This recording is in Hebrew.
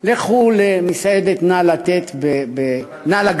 לכו למסעדת "נא לגעת" ביפו.